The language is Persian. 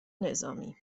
نظامی